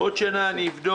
מי נמנע?